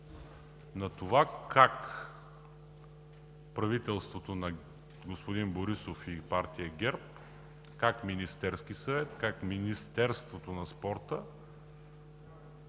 на това как правителството на господин Борисов и Партия ГЕРБ, как Министерският съвет, как Министерството за младежта